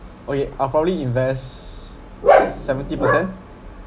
okay I'll probably invest seventy percent